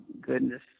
goodness